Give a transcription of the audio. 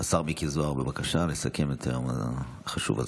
השר מיקי זוהר, בבקשה, לסכם את היום החשוב הזה.